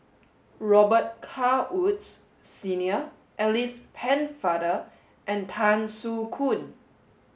Robet Carr Woods Senior Alice Penne father and Tan Soo Khoon